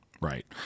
Right